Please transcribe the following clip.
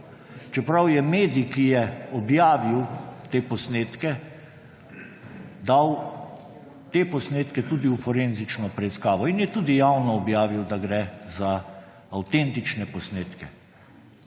čeprav je medij, ki je objavil te posnetke, dal te posnetke tudi v forenzično preiskavo in je tudi javno objavil, da gre za avtentične posnetke.